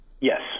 Yes